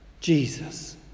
Jesus